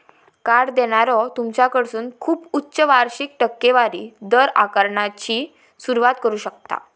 card देणारो तुमच्याकडसून खूप उच्च वार्षिक टक्केवारी दर आकारण्याची सुरुवात करू शकता